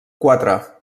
quatre